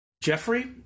Jeffrey